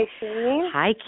Hi